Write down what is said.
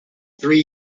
three